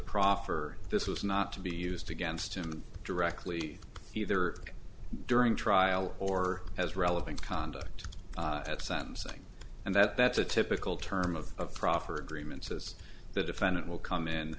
proffer this was not to be used against him directly either during trial or as relevant conduct at sentencing and that that's a typical term of proffer agreements as the defendant will come in